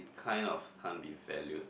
kind of can't be valued